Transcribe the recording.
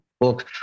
book